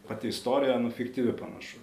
pati istorija nu fiktyvi panašu